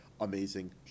amazing